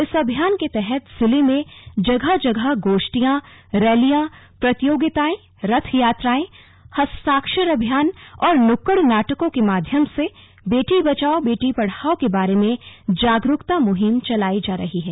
इस अभियान के तहत जिले में जगह जगह गोष्ठियां रैलियां प्रतियोगिताएं रथ यात्रायें हस्ताक्षर अभियान और नुक्कड़ नाटकों के माध्यम से बेटी बचाओ बेटी पढ़ाओ के बारे में जागरुकता मुहिम चलाई जा रही है